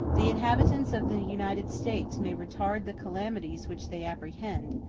the inhabitants of the united states may retard the calamities which they apprehend,